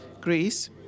Greece